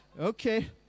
okay